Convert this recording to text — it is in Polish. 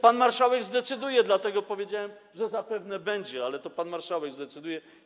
Pan marszałek zdecyduje, dlatego powiedziałem, że zapewne będzie, ale to pan marszałek zdecyduje.